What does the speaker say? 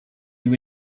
you